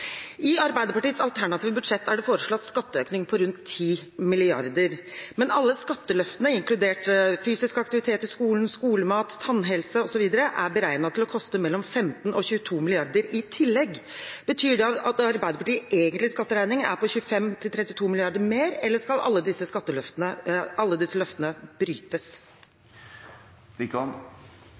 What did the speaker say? i politikken. I Arbeiderpartiets alternative budsjett er det foreslått en skatteøkning på rundt 10 mrd. kr, men alle skatteløftene, inkludert fysisk aktivitet i skolen, skolemat, tannhelse, osv., er beregnet å koste mellom 15 mrd. kr og 22 mrd. kr i tillegg. Betyr det at Arbeiderpartiets egentlige skatteregning er på 25–32 mrd. kr mer, eller skal alle disse